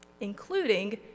including